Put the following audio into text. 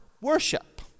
worship